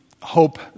Hope